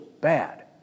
bad